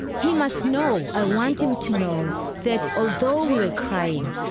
he must know. i want him to know that, although we were crying,